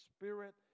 spirit